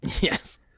Yes